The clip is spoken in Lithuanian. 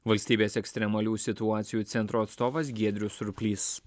valstybės ekstremalių situacijų centro atstovas giedrius surplys